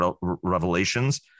revelations